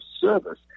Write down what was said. service